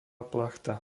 plachta